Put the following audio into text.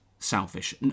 selfish